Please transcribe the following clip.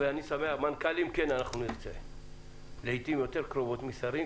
מנכ"לים כן אנחנו נרצה לעיתים יותר קרובות משרים,